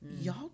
Y'all